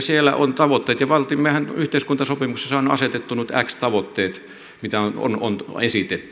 siellä on tavoitteet ja yhteiskuntasopimuksessa on asetettu nyt x tavoitteet mitä on esitetty